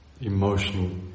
emotional